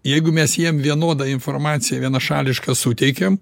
jeigu mes jiem vienodą informaciją vienašališką suteikiam